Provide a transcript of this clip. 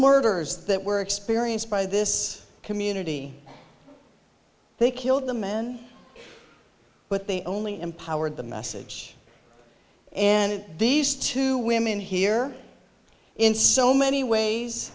murders that were experienced by this community they killed the men but they only empowered the message and these two women here in so many ways